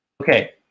okay